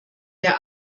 der